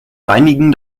reinigen